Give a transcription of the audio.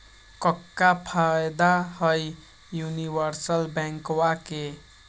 क्का फायदा हई यूनिवर्सल बैंकवा के?